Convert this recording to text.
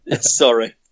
Sorry